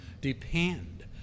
depend